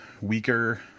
weaker